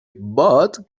bought